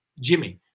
Jimmy